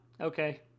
Okay